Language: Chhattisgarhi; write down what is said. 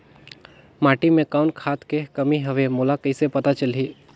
माटी मे कौन खाद के कमी हवे मोला कइसे पता चलही?